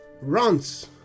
runs